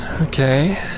okay